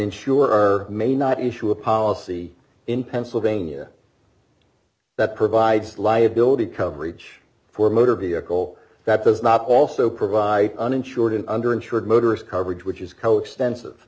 insurer may not into a policy in pennsylvania that provides liability coverage for motor vehicle that does not also provide uninsured under insured motorist coverage which is co extensive